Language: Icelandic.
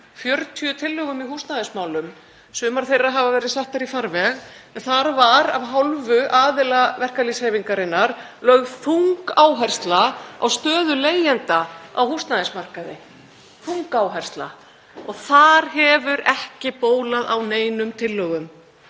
40 tillögum í húsnæðismálum. Sumar þeirra hafa verið settar í farveg en þar var af hálfu aðila verkalýðshreyfingarinnar lögð þung áhersla á stöðu leigjenda á húsnæðismarkaði, þung áhersla. Þar hefur ekki bólað á neinum tillögum.